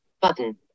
button